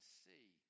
see